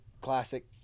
classic